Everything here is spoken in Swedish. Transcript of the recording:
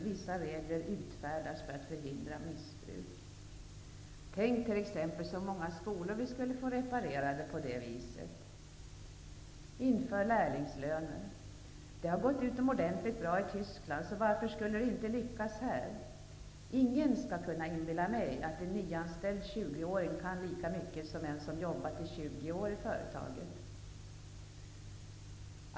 Vissa regler utfärdas för att förhindra missbruk. Tänk t.ex. så många skolor vi skulle få reparerade på det viset. Inför lärlingslöner. Det har gått utomordentligt bra i Tyskland, så varför skulle det inte lyckas här? Ingen skall kunna inbilla mig att en nyanställd 20 åring kan lika mycket som en som jobbat i 20 år i företaget.